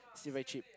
still very cheap